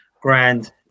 grand